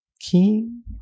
King